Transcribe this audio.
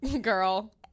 girl